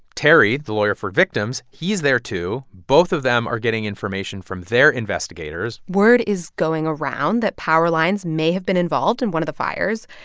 terry, the lawyer for victims, he's there too. both of them are getting information from their investigators word is going around that power lines may have been involved in one of the fires.